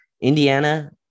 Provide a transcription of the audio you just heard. indiana